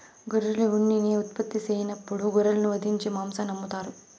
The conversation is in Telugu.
గొర్రెలు ఉన్నిని ఉత్పత్తి సెయ్యనప్పుడు గొర్రెలను వధించి మాంసాన్ని అమ్ముతారు